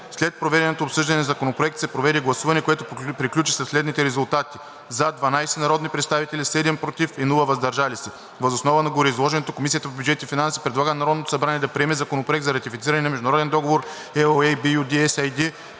След проведеното обсъждане на законопроекта се проведе гласуване, което приключи при следните резултати: „за“ – 12 народни представители, 7 – „против“, без „въздържал се“. Въз основа на гореизложеното Комисията по бюджет и финанси предлага на Народното събрание да приеме Законопроект за ратифициране на Международен договор (LOA)